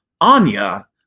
Anya